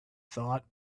thought